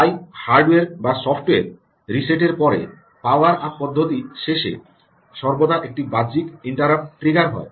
তাই হার্ডওয়্যার বা সফ্টওয়্যার রিসেটের পরে পাওয়ার আপ পদ্ধতি শেষে সর্বদা একটি বাহ্যিক ইন্টারাপ্ট ট্রিগার হয়